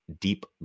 deep